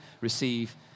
receive